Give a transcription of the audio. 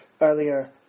earlier